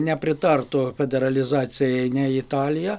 nepritartų federalizacijai nei italija